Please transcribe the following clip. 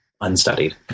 unstudied